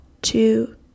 two